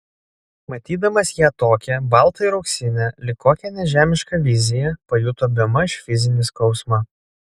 matydamas ją tokią baltą ir auksinę lyg kokią nežemišką viziją pajuto bemaž fizinį skausmą